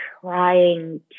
trying